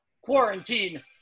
quarantine